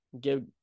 give